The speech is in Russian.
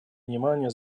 внимание